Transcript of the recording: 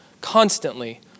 constantly